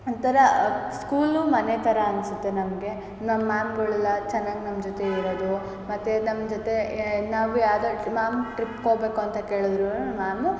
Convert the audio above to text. ಒಂಥರ ಸ್ಕೂಲು ಮನೆ ಥರ ಅನಿಸುತ್ತೆ ನಮಗೆ ನಮ್ಮ ಮ್ಯಾಮ್ಗಳೆಲ್ಲ ಚೆನ್ನಾಗ್ ನಮ್ಮ ಜೊತೆ ಇರೋದು ಮತ್ತು ನಮ್ಮ ಜೊತೆ ಏ ನಾವು ಯಾವುದೋ ಮ್ಯಾಮ್ ಟ್ರಿಪ್ಪಿಗೆ ಹೋಗ್ಬೇಕು ಅಂತ ಕೇಳಿದ್ರೂ ಮ್ಯಾಮು